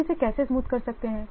हम इसे कैसे स्मूथ कर सकते हैं